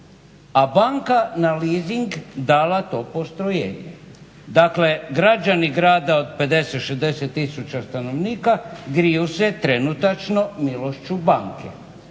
a banka na leasing dala to postrojenje. Dakle, građani grada od 50, 60 tisuća stanovnika griju se trenutačno milošću banke.